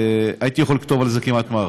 הייתי יכול לכתוב על זה כמעט מערכון.